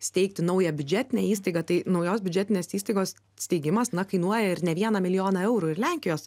steigti naują biudžetinę įstaigą tai naujos biudžetinės įstaigos steigimas na kainuoja ir ne vieną milijoną eurų ir lenkijos